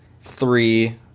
three